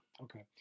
Okay